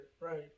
right